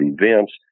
events